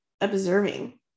observing